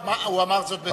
הוא אמר זאת בדבריו.